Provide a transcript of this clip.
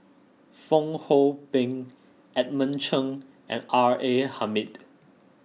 Fong Hoe Beng Edmund Cheng and R A Hamid